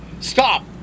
Stop